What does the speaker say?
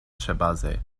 ĉebaze